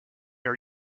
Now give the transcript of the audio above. are